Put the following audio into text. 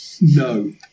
No